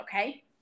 okay